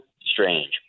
strange